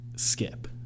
Skip